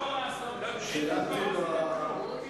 חבר הכנסת אקוניס, לא מתאים לך.